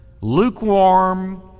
lukewarm